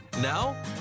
Now